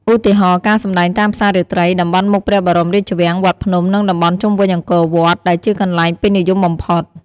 ឧទាហរណ៍ ការសម្ដែងតាមផ្សាររាត្រី តំបន់មុខព្រះបរមរាជវាំង វត្តភ្នំ និងតំបន់ជុំវិញអង្គរវត្ត ដែលជាកន្លែងពេញនិយមបំផុត។